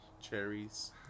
cherries